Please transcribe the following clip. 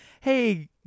hey